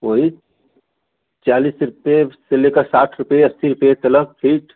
वही चालीस रुपये से लेकर साठ रुपये अस्सी रुपये तलक सीट